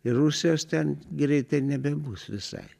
ir rusijos ten greitai ir nebebus visai